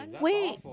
Wait